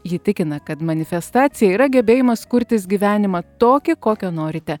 ji tikina kad manifestacija yra gebėjimas kurtis gyvenimą tokį kokio norite